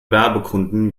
werbekunden